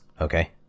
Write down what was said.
Okay